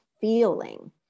feeling